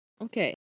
Okay